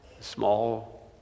small